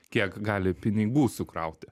kiek gali pinigų sukrauti